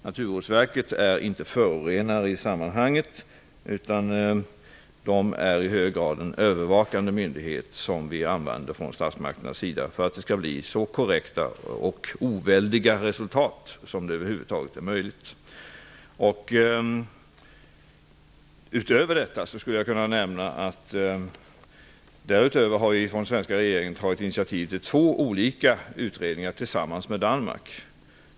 Naturvårdsverket är inte någon förorenare utan det är i hög grad den övervakande myndighet som statsmakterna använder sig av för att det skall bli så korrekta och oväldiga resultat som över huvud taget är möjliga. Därutöver har den svenska regeringen tagit initiativ till två olika utredningar som skall göras tillsammans med Danmark.